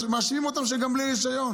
מאשימים אותם שהם גם בלי רישיון.